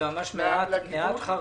מאוד חרדים.